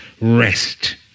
rest